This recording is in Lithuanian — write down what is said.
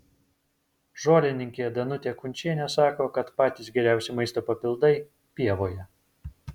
žolininkė danutė kunčienė sako kad patys geriausi maisto papildai pievoje